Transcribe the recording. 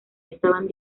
estaban